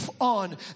on